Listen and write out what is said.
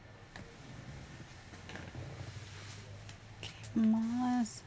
okay among us